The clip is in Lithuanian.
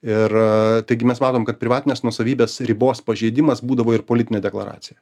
ir taigi mes matom kad privatinės nuosavybės ribos pažeidimas būdavo ir politinė deklaracija